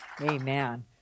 Amen